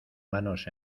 manos